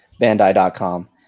Bandai.com